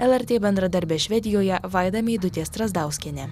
lrt bendradarbė švedijoje vaida meidutė strazdauskienė